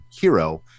Hero